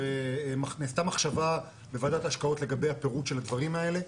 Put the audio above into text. אלא נעשתה מחשבה בוועדת ההשקעות לגבי הפירוט של הדברים האלה.